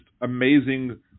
amazing